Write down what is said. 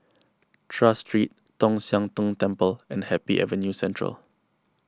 Tras Street Tong Sian Tng Temple and Happy Avenue Central